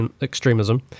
extremism